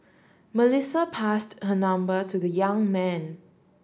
Melissa passed her number to the young man